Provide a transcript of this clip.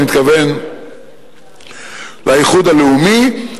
אני מתכוון לאיחוד הלאומי,